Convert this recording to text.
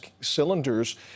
cylinders